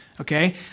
okay